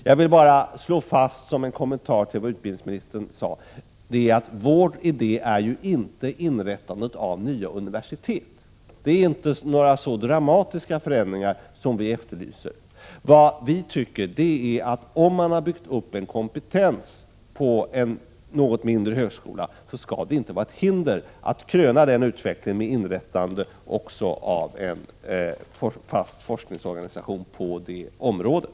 Jag vill bara som en kommentar till vad utbildningsministern sade slå fast att vår idé inte innebär inrättande av nya universitet — det är inte några så dramatiska förändringar vi efterlyser. Vi tycker att om man har byggt upp en kompetens på en något mindre högskola skall det inte föreligga något hinder för att kröna den utvecklingen med inrättande av en fast forskningsorganisation på det området.